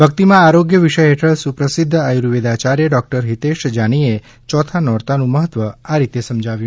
ભક્તિમાં આરોગ્ય વિષય હેઠળ સુપ્રસિધ્ધ આયુર્વેદાચાર્ય ડોક્ટર હિતેશ જાની એ ચોથા નોરતાનું મહત્વ આ રીતે સમજાવ્યું